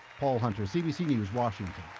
paul hunter, cbc news, washington.